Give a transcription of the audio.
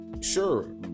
Sure